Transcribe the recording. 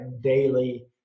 daily